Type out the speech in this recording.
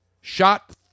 shot